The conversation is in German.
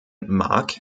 mark